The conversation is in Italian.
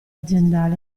aziendale